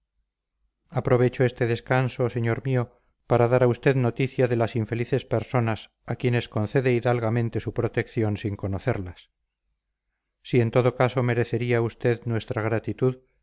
aprovecho este descanso señor mío para dar a usted noticia de las infelices personas a quienes concede hidalgamente su protección sin conocerlas si en todo caso merecería usted nuestra gratitud